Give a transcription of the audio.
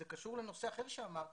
זה קשור לנושא אחר שאמרת,